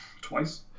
twice